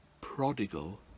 prodigal